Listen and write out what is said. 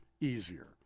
easier